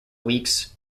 weeks